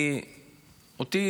כי אותי,